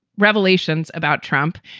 revelations about trump.